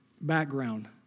background